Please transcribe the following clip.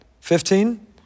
Fifteen